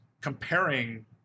comparing